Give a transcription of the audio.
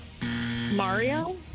Mario